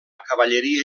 cavalleria